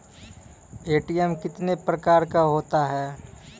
ATM कितने प्रकार का होता हैं?